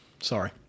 sorry